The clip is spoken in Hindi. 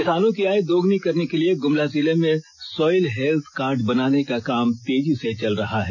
किसानों की आय दोगुनी करने के लिए गुमला जिले में सोइल हेल्थ कार्ड बनाने का काम तेजी से चल रहा है